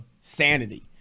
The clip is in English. sanity